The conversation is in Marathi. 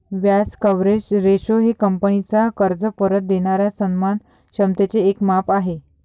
व्याज कव्हरेज रेशो हे कंपनीचा कर्ज परत देणाऱ्या सन्मान क्षमतेचे एक माप आहे